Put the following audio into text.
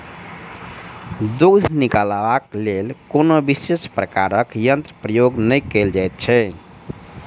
दूध निकालबाक लेल कोनो विशेष प्रकारक यंत्रक प्रयोग नै कयल जाइत छै